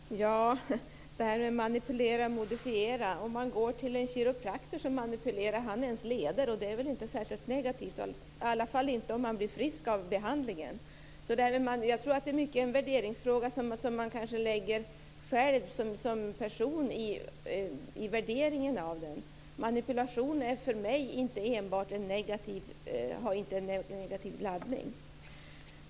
Fru talman! Ska man säga manipulera eller modifiera? Om man går till en kiropraktor manipulerar han ens leder, och det är väl inte särskilt negativt, i alla fall inte om man blir frisk av behandlingen? Jag tror att det är en värderingsfråga. Det handlar om vilken värdering man själv som person lägger i detta. För mig har manipulation inte enbart en negativ laddning.